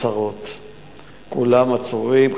כולם עצורים,